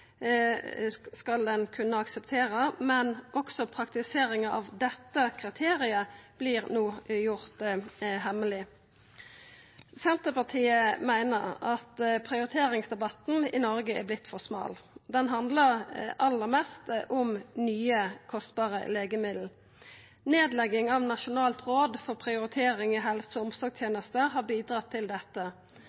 skal ein kunna akseptera, men også praktiseringa av dette kriteriet vert no gjort hemmeleg. Senterpartiet meiner at prioriteringsdebatten i Noreg har vorte for smal. Han handlar aller mest om nye kostbare legemiddel. Nedlegginga av Nasjonalt råd for prioritering i helse- og omsorgstjenesten har bidratt til dette.